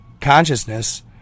consciousness